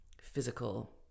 physical